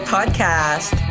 Podcast